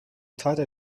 thought